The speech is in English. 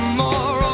more